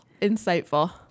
insightful